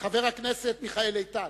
חבר הכנסת מיכאל איתן,